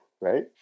right